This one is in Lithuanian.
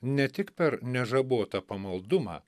ne tik per nežabotą pamaldumą